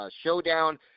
showdown